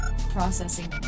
Processing